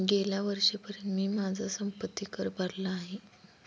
गेल्या वर्षीपर्यंत मी माझा संपत्ति कर भरला आहे